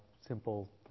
simple